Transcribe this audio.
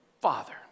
father